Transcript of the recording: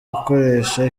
gukoresha